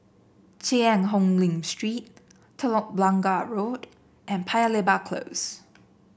Cheang Hong Lim Street Telok Blangah Road and Paya Lebar Close